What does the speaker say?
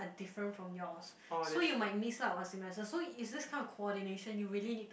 a different from yours so you might miss out a semester so it's this kind of coordination you really need to